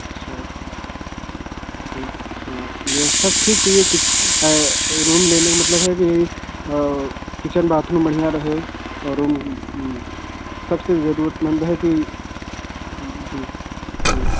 अच्छा हाँ व्यवस्था तो ठीक चाहिए किच रूम लेने का मतलब है कि किचन बाथरूम बढ़िया रहे रूम सब से ज़रूरतमंद है कि जी जी